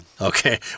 Okay